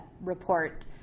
report